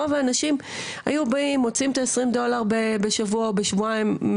רוב האנשים היו באים ומוציאים 20 דולר בשבוע או בשבועיים,